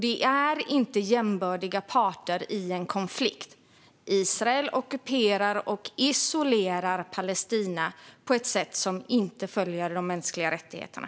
De är inte jämbördiga parter i en konflikt. Israel ockuperar och isolerar Palestina på ett sätt som inte följer de mänskliga rättigheterna.